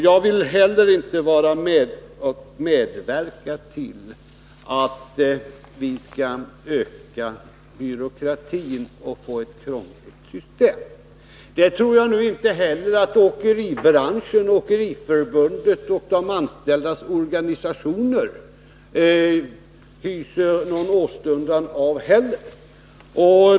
Jag vill inte medverka till att vi skall öka byråkratin och få ett krångligt system. Jag tror inte heller att åkeribranschen, Åkeriförbundet och de anställdas organisationer hyser någon sådan åstundan.